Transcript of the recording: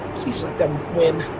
please let them win,